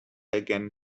again